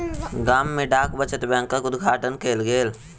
गाम में डाक बचत बैंकक उद्घाटन कयल गेल